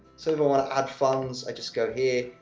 so, if i want to add funds, i just go here,